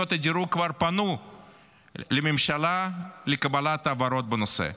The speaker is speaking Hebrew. סוכנויות הדירוג כבר פנו לממשלה לקבלת הבהרות בנושא.